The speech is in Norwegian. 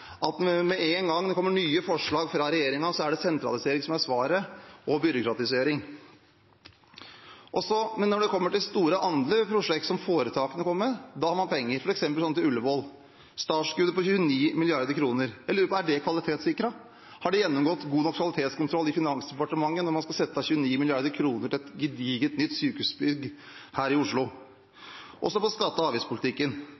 at med en gang det kommer nye forslag fra regjeringen, er det sentralisering og byråkratisering som er svaret. Men når det kommer til andre, store prosjekt, som helseforetakene kommer med, har man penger – som f.eks. til Ullevål. Startskuddet er på 29 mrd. kr. Jeg lurer på: Er det kvalitetssikret? Har det gjennomgått god nok kvalitetskontroll i Finansdepartementet når man skal sette av 29 mrd. kr til et gedigent nytt sykehusbygg her i